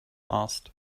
asked